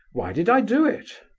why did i do it?